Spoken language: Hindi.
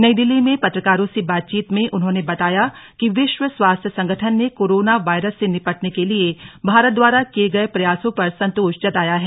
नई दिल्ली में पत्रकारों से बातचीत में उन्होंने बताया कि विश्व स्वास्थ्य संगठन ने कोरोना वायरस से निपटने के लिए भारत द्वारा किये गये प्रयासों पर संतोष जताया है